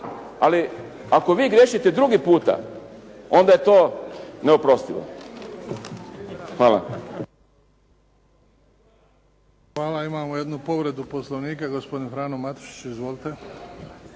ali ako vi griješite drugi puta onda je to neoprostivo. Hvala. **Friščić, Josip (HSS)** Hvala. Imamo jednu povredu Poslovnika. Gospodin Frano Matušić. Izvolite.